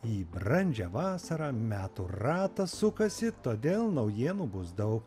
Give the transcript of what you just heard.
į brandžią vasarą metų ratas sukasi todėl naujienų bus daug